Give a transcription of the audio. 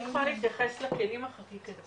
אני יכולה להתייחס לכלים החקיקתיים.